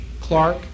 Clark